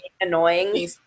Annoying